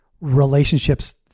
relationships